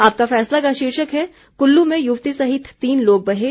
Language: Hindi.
आपका फैसला का शीर्षक है कुल्लू में युवती सहित तीन लोग बहे